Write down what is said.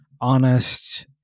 honest